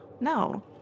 No